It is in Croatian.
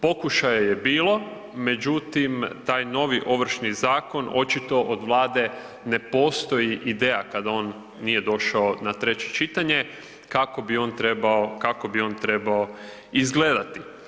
Pokušaja je bilo, međutim, taj novi Ovršni zakon očito od Vlade ne postoji ideja kada on nije došao na treće čitanje, kako bi on trebao izgledati.